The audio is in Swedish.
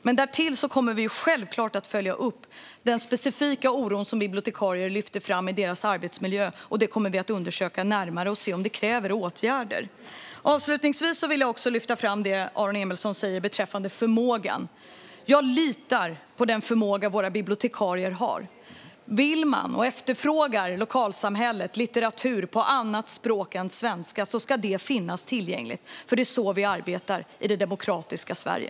Men därtill kommer vi självklart att följa upp den specifika oro som bibliotekarierna lyfter fram för det som sker i deras arbetsmiljö. Det kommer vi att undersöka närmare och se efter om det kräver åtgärder. Avslutningsvis vill jag lyfta fram det som Aron Emilsson säger beträffande förmågan. Jag litar på den förmåga våra bibliotekarier har. Om man i lokalsamhället vill ha och efterfrågar litteratur på annat språk än svenska ska det finnas tillgängligt, för det är så vi arbetar i det demokratiska Sverige.